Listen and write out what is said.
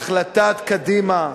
החלטת קדימה?